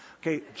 Okay